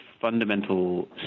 fundamental